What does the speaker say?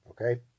okay